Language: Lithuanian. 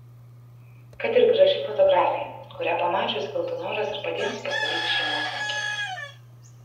kad ir graži fotografija kurią pamačius kiltų noras ir patiems pasidaryti šeimos nuotrauką